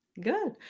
Good